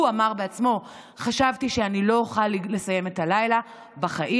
הוא אמר בעצמו: חשבתי שאני לא אוכל לסיים את הלילה בחיים,